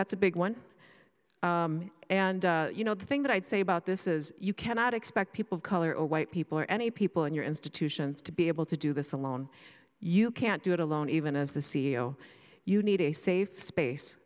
that's a big one and you know the thing that i'd say about this is you cannot expect people of color or white people or any people in your institutions to be able to do this alone you can't do it alone even as the c e o you need a safe space